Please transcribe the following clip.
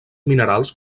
minerals